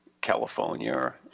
California